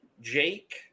Jake